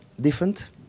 different